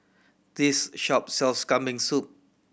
this shop sells Kambing Soup